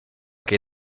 che